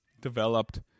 developed